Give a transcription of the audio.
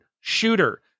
shooter